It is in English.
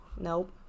Nope